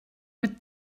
mit